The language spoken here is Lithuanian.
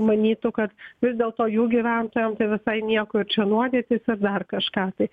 manytų kad vis dėlto jų gyventojam visai nieko ir čia nuodytis ir dar kažką tai